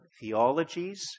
theologies